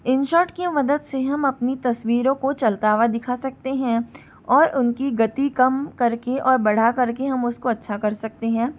InShot के मदद से हम अपनी तस्वीरों को चलता हुआ दिखा सकते हैं और उनकी गति कम कर के और बढ़ा कर के हम उसको अच्छा कर सकते हैं